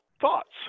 thoughts